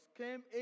came